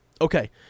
Okay